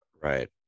Right